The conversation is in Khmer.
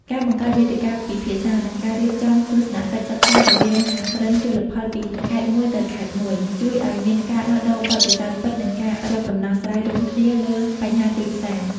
ការបង្កើតវេទិកាពិភាក្សា និងការរៀបចំទស្សនកិច្ចសិក្សារវាងសហគ្រិនជលផលពីខេត្តមួយទៅខេត្តមួយ ជួយឱ្យមានការដោះដូរបទពិសោធន៍ពិត និងការរកដំណោះស្រាយរួមគ្នាលើបញ្ហាទីផ្សារ។